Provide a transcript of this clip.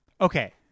Okay